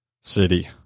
city